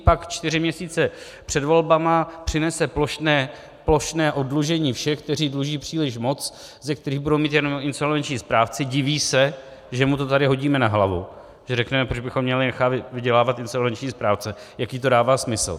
Pak čtyři měsíce před volbami přinese plošné oddlužení všech, kteří dluží příliš moc, ze kterých budou mít jenom insolvenční správci, diví se, že mu to tady hodíme na hlavu, že řekneme, proč bychom měli nechávat vydělávat insolvenční správce, jaký to dává smysl.